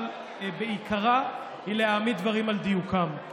אבל בעיקרה היא להעמיד דברים על דיוקם.